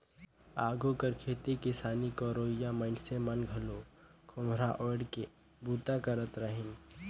आघु कर खेती किसानी करोइया मइनसे मन घलो खोम्हरा ओएढ़ के बूता करत रहिन